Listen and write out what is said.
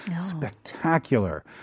Spectacular